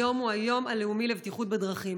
היום הוא היום הלאומי לבטיחות בדרכים.